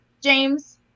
James